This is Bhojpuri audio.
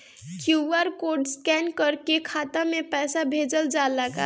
क्यू.आर कोड स्कैन करके खाता में पैसा भेजल जाला का?